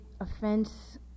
offense